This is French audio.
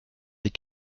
des